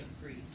agreed